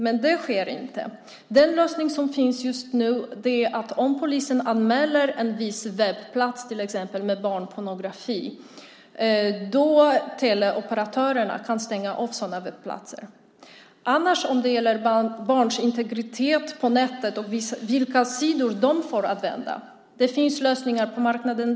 Men det sker inte. Den lösning som finns nu är att teleoperatörerna kan stänga av webbplatser med till exempel barnpornografi om polisen anmäler dem. Peter Pedersen nämnde barns integritet på nätet och vilka sidor de får besöka. Det finns lösningar på marknaden.